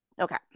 okay